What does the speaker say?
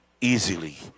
easily